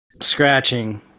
Scratching